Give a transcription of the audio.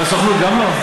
בסוכנות גם לא?